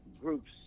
groups